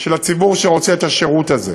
של הציבור שרוצה את השירות הזה.